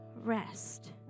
rest